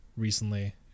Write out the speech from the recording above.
recently